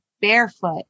barefoot